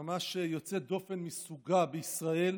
ממש יוצאת דופן מסוגה בישראל,